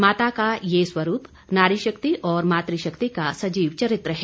माता का ये स्वरूप नारीशक्ति और मातुशक्ति का सजीव चरित्र है